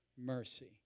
mercy